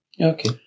okay